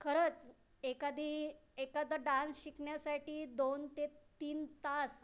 खरंच एखादी एखादा डान्स शिकण्यासाठी दोन ते तीन तास